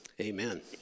Amen